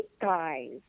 guys